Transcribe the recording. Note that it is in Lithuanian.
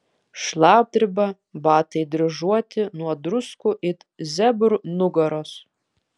šlapdriba batai dryžuoti nuo druskų it zebrų nugaros